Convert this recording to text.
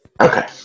Okay